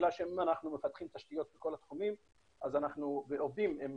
בגלל שאם אנחנו מפתחים תשתיות בכל התחומים אז אנחנו עובדים עם